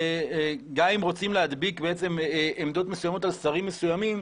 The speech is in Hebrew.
גם אם רוצים להדביק בעצם עמדות מסוימות על שרים מסוימים,